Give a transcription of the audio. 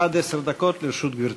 עד עשר דקות לרשות גברתי.